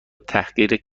تحقیر